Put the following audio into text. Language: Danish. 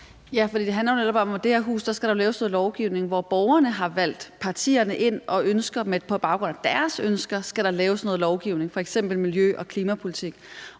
Ja, for det handler netop om, at i det her hus skal der laves noget lovgivning, hvor borgerne har valgt partierne ind, og at der på baggrund af deres ønsker skal laves noget lovgivning, f.eks. miljø- og klimapolitik,